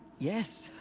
yes!